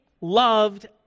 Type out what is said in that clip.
loved